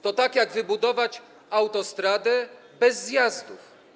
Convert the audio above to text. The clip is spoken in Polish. To tak jak wybudować autostradę bez zjazdów.